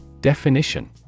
Definition